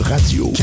Radio